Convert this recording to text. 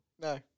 No